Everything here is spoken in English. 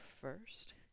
first